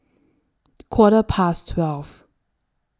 Quarter Past twelve